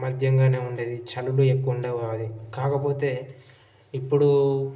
మద్యంగానే ఉండేది చలులు ఎక్కువ ఉండవు కాకపోతే ఇప్పుడు